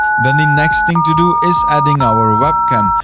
then the next thing to do is adding our webcam.